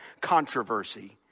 controversy